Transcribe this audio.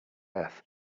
earth